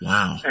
Wow